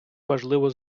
важливо